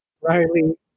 Riley